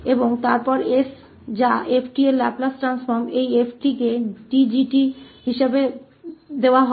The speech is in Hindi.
और फिर 𝐹𝑠 जो कि 𝑓𝑡 और 𝑓𝑡 का लाप्लास रूपांतर 𝑡𝑔𝑡 है इस 𝑡 के रूप में दिया जाता है